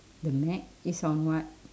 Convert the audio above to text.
the meg is on what